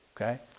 okay